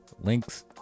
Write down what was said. Links